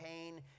pain